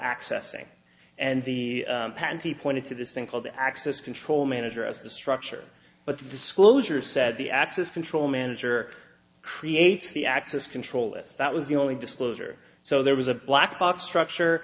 accessing and the pantie pointed to this thing called the access control manager as the structure but disclosure said the access control manager creates the access control lists that was the only disclosure so there was a black box structure